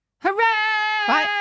Hooray